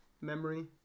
memory